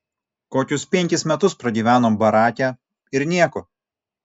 kokius penkis metus pragyvenom barake ir nieko